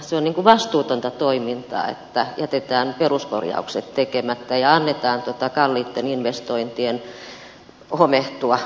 se on vastuutonta toimintaa että jätetään peruskorjaukset tekemättä ja annetaan kalliitten investointien homehtua